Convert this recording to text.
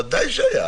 ודאי שהיה,